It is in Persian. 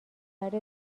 فرد